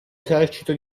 esercito